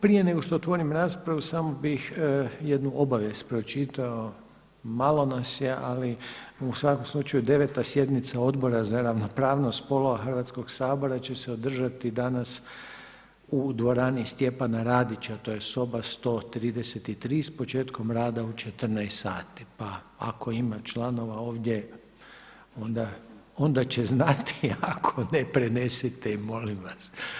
Prije nego što otvorim raspravu samo bih jednu obavijest pročitao, malo nas je u svakom slučaju 9. sjednica Odbora za ravnopravnost spolova Hrvatskog sabora će se održati danas u dvorani Stjepana Radića, to je soba 133 s početkom rada u 14,00 sati, pa ako ima članova ovdje onda će znati, a ne prenesite im molim vas.